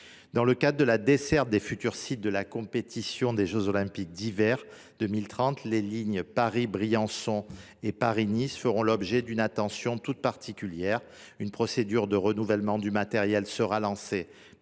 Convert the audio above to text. Dans le cadre de la desserte des futurs sites de la compétition des jeux Olympiques d’hiver 2030, les lignes Paris Briançon et Paris Nice feront l’objet d’une attention toute particulière. Une procédure de renouvellement du matériel sera lancée